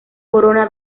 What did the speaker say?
corona